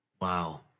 wow